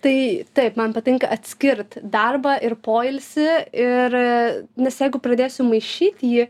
tai taip man patinka atskirt darbą ir poilsį ir nes jeigu pradėsiu maišyt jį